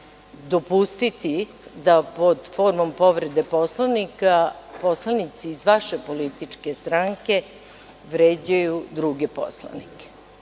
dopustiti da pod formom povrede Poslovnika poslanici iz vaše političke stranke vređaju druge poslanike.